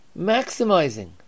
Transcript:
maximizing